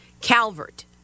Calvert